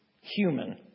human